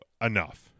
enough